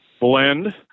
blend